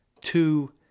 two